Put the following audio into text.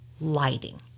lighting